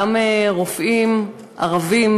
גם של רופאים ערבים,